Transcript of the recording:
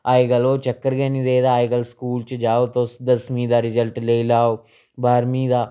अज्जकल ओह् चक्कर गै निं रेह्दा अज्जकल स्कूल च जाओ तुस दसमीं दा रिजल्ट लेई लैओ बाह्रमीं दा